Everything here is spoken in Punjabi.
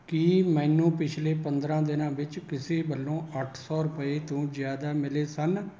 ਕੀ ਮੈਨੂੰ ਪਿਛਲੇ ਪੰਦਰਾਂ ਦਿਨਾਂ ਵਿੱਚ ਕਿਸੇ ਵੱਲੋਂ ਅੱਠ ਸੌ ਰੁਪਏ ਤੋਂ ਜ਼ਿਆਦਾ ਮਿਲੇ ਸਨ